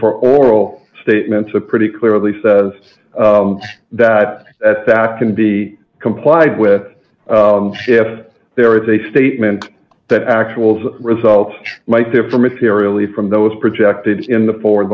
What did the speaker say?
for oral statements a pretty clearly says that at that can be complied with if there is a statement that actual results might differ materially from those projected in the forward